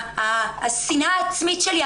השנאה העצמית שלי.